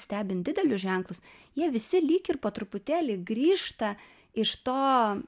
stebin didelius ženklus jie visi lyg ir po truputėlį grįžta iš to